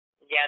Yes